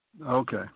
Okay